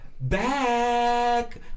back